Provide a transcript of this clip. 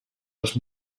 els